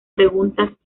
preguntas